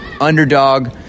Underdog